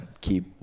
keep